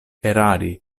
erari